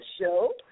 show